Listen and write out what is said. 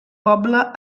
poble